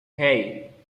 hey